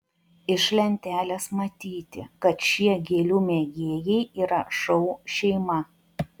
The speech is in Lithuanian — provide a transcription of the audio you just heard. iš lentelės matyti kad šie gėlių mėgėjai yra šou šeima